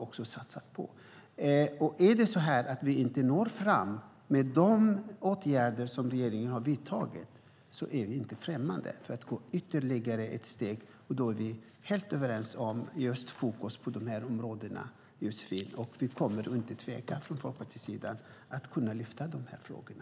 Om vi inte når fram med de åtgärder som regeringen har vidtagit är vi inte främmande för att ta ytterligare steg. Vi är helt överens om att vi måste ha fokus på detta, Josefin. Vi kommer från Folkpartiets sida inte att tveka att lyfta fram de här frågorna.